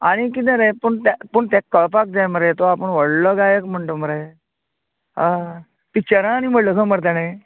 आनी कितें रे पूण तेका पूण तेका कळपाक जाय मरे तो आपूण व्हडलो गायक म्हणटा मरे हय पिक्चरान आनी म्हणलां खंय मरे तेणें